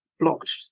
blocked